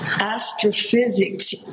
astrophysics